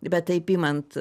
bet taip imant